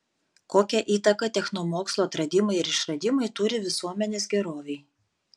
kokią įtaką technomokslo atradimai ir išradimai turi visuomenės gerovei